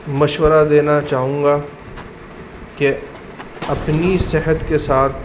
مشورہ دینا چاہوں گا کہ اپنی صحت کے ساتھ